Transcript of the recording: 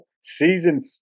Season